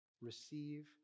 receive